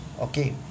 okay